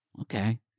okay